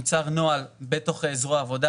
נוצר נוהל בתוך זרוע העבודה,